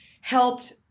helped